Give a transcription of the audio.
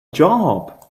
job